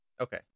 Okay